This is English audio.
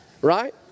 Right